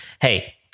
hey